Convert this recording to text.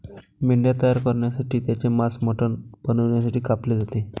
मेंढ्या तयार करण्यासाठी त्यांचे मांस मटण बनवण्यासाठी कापले जाते